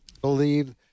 believe